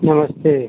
नमस्ते